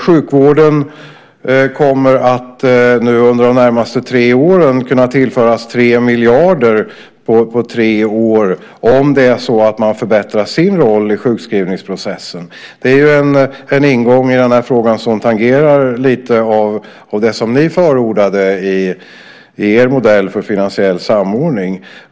Sjukvården kommer nu under de närmaste tre åren att kunna tillföras 3 miljarder om det är så att man förbättrar sin roll i sjukskrivningsprocessen. Det är ju en ingång i den här frågan som tangerar lite av det som ni förordade i er modell för finansiell samordning.